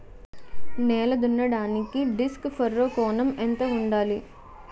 నేల దున్నడానికి disc furrow కోణం ఎంత ఉండాలి?